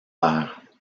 pairs